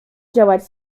działać